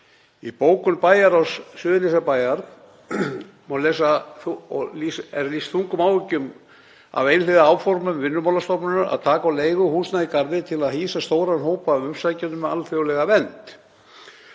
Í bókun bæjarráðs Suðurnesjabæjar er lýst þungum áhyggjum af einhliða áformum Vinnumálastofnunar um að taka á leigu húsnæði í Garði til að hýsa stóran hóp af umsækjendum um alþjóðlega vernd.